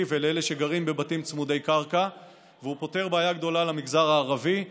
ולאלה שגרים בבתים צמודי קרקע והוא פותר בעיה גדולה למגזר הערבי,